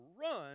run